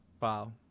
wow